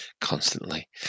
constantly